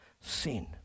sin